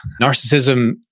Narcissism